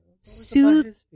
soothe